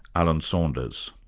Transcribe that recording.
alan saunders.